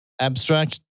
abstract